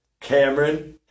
Cameron